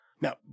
Now